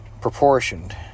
proportioned